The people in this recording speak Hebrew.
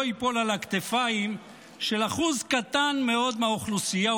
ייפול על הכתפיים של אחוז קטן מאוד מהאוכלוסייה,